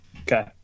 Okay